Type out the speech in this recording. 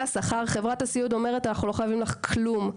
השכר חברת הסיעוד אומרת: "אנחנו לא חייבים לך כלום.